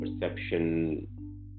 perception